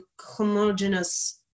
homogenous